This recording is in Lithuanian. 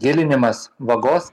gilinimas vagos